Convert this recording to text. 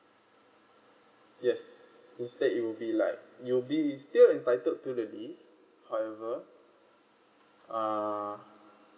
yes instead you will be like you'll be still entitled to the leave however